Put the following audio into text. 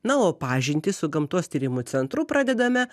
na o pažintį su gamtos tyrimų centru pradedame